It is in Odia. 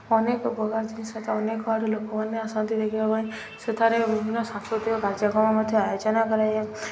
ଅନେକ ପ୍ରକାର ଜିନିଷ ଥାଏ ଅନେକ ଆଡ଼ୁ ଲୋକମାନେ ଆସନ୍ତି ଦେଖିବା ପାଇଁ ସେଠାରେ ବିଭିନ୍ନ ସାଂସ୍କୃତିକ କାର୍ଯ୍ୟକ୍ରମ ମଧ୍ୟ ଆୟୋଜନା କରାଯାଏ